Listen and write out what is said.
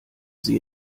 sie